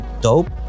dope